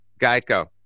Geico